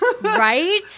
right